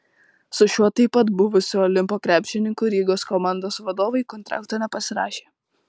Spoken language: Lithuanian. su šiuo taip pat buvusiu olimpo krepšininku rygos komandos vadovai kontrakto nepasirašė